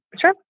Sure